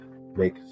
make